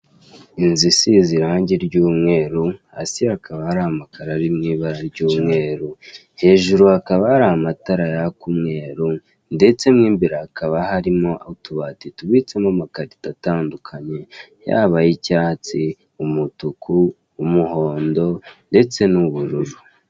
Inzu isize irange ry'umweru, hasi hakaba hari amakaro ari mu ibara ry'umweru, hejuru hakaba hari amatara yaka umweru, ndetse mo imbere hakaba harimo utubati tubitsemo amakarito atandukanye, yaba ay'icyatsi, umutuku, umuhondo, ndetse n'ubururu.